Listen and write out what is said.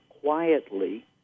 quietly